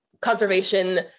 conservation